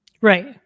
Right